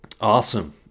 awesome